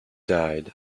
died